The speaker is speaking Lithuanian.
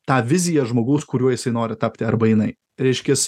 tą viziją žmogaus kuriuo jisai nori tapti arba jinai reiškis